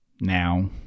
now